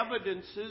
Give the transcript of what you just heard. evidences